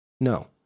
No